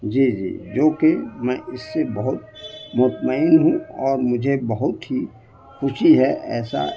جی جی جو کہ میں اس سے بہت مطمئن ہوں اور مجھے بہت ہی خوشی ہے ایسا